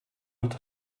und